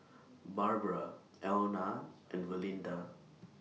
Barbara Elna and Valinda